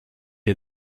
est